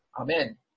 Amen